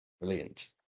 Brilliant